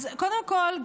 אז קודם כול,